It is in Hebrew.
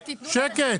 אדוני.